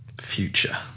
future